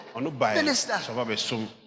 Minister